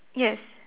yes